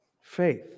Faith